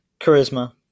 Charisma